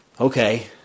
Okay